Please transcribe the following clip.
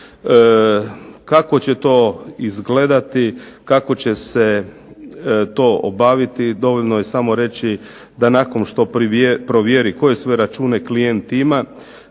Kako će to izgledati, kako će se to obaviti. Dovoljno je samo reći da nakon što provjeri koje sve račune klijent ima